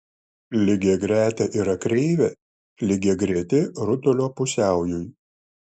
lygiagretė yra kreivė lygiagreti rutulio pusiaujui